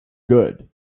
good